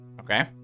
Okay